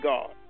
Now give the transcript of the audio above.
God